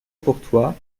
courtois